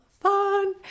fun